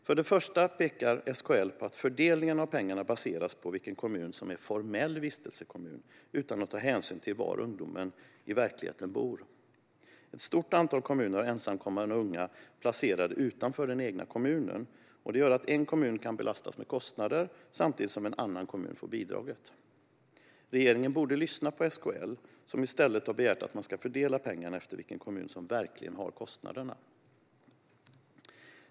För det första pekar SKL på att fördelningen av pengarna baseras på vilken kommun som är formell vistelsekommun, utan att ta hänsyn till var ungdomen i verkligheten bor. Ett stort antal kommuner har ensamkommande unga placerade utanför den egna kommunen, och det gör att en kommun kan belastas med kostnader samtidigt som en annan kommun får bidraget. Regeringen borde lyssna på SKL som i stället har begärt att man ska fördela pengarna efter vilken kommun som verkligen har kostnaderna.